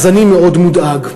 אז אני מאוד מודאג.